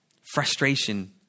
frustration